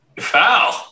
foul